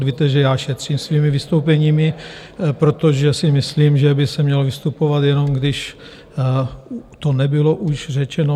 Víte, že já šetřím svými vystoupeními, protože si myslím, že by se mělo vystupovat, jenom když to nebylo už řečeno.